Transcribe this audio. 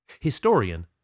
Historian